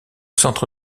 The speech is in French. centre